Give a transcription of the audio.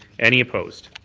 any opposed?